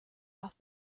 off